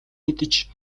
мэдэж